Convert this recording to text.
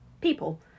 people